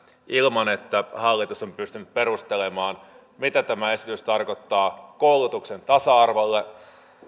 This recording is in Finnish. ilman että hallitus on pystynyt perustelemaan mitä tämä esitys tarkoittaa koulutuksen tasa arvolle